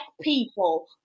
people